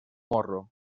morro